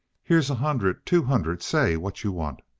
here's a hundred, two hundred say what you want.